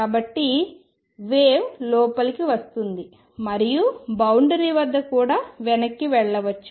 కాబట్టి వేవ్ లోపలికి వస్తుంది మరియు బౌండరి వద్ద కూడా వెనక్కి వెళ్ళవచ్చు